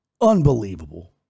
Unbelievable